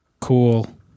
Cool